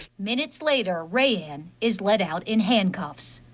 minutes later rayan is lead out in handcuffs.